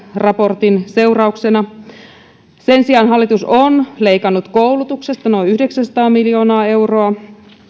raportin seurauksena sen sijaan hallitus on leikannut koulutuksesta noin yhdeksänsataa miljoonaa euroa